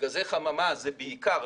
גזי חממה זה בעיקר ,